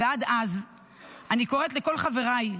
ועד אז אני קוראת לכל חבריי,